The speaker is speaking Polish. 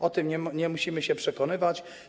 O tym nie musimy się przekonywać.